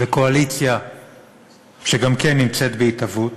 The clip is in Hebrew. וקואליציה שגם היא נמצאת בהתהוות,